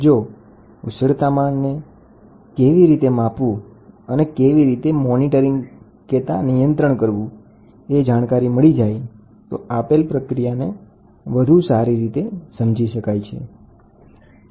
જો ઉષ્ણતામાનને કેવી રીતે માપવું અને કેવી રીતે નિયંત્રણ કરવું એ જાણકારી હોય તો આપણે આપેલ પ્રક્રિયાને વધુ સારી રીતે સમજી શકીએ છીએ